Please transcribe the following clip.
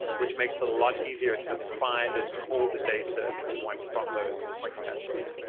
which makes it a lot easier to find and call the data that you want from those point caches.